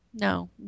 No